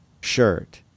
shirt